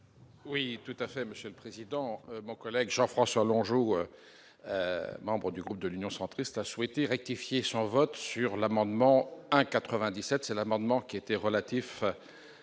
Oui, tout à fait, Monsieur le Président, mon collègue Jean-François Longeau, membre du groupe de l'Union centriste a souhaité rectifier son vote sur l'amendement 1 97 c'est l'amendement qui était relatif à la suppression